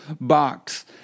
box